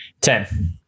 Ten